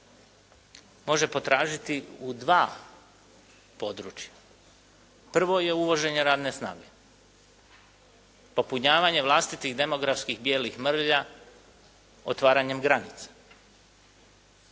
može potražiti u dva područja. Prvo je uvoženje radne snage. Popunjavanje vlastitih demografskih bijelih mrlja otvaranjem granice.